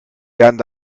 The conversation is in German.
werden